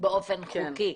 באופן חוקי.